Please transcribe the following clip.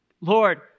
Lord